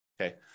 Okay